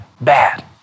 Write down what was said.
bad